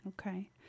Okay